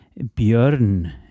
Björn